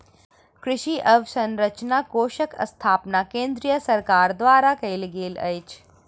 कृषि अवसंरचना कोषक स्थापना केंद्रीय सरकार द्वारा कयल गेल अछि